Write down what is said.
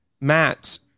matt